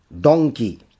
donkey